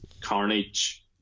carnage